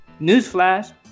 Newsflash